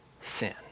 sin